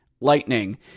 Lightning